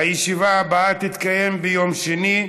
הישיבה הבאה תתקיים ביום שני,